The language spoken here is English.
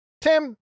Tim